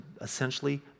essentially